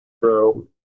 Bro